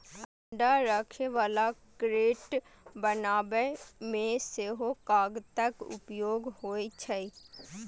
अंडा राखै बला क्रेट बनबै मे सेहो कागतक उपयोग होइ छै